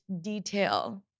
detail